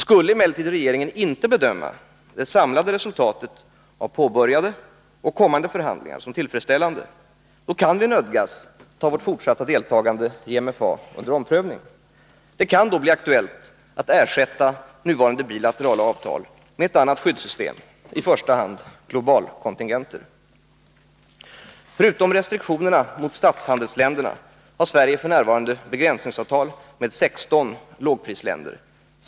Skulle emellertid regeringen inte bedöma det samlade resultatet av påbörjade och kommande förhandlingar som tillfredsställande, kan vi nödgas ta vårt fortsatta deltagande i MFA under omprövning. Det kan då bli aktuellt att ersätta nuvarande bilaterala avtal med ett annat skyddssystem, i första hand globalkontingenter. Förutom restriktionerna mot statshandelsländerna har Sverige f.n. begränsningsavtal med 16 lågprisländer.